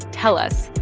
tell us.